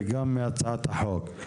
וגם מהצעת החוק.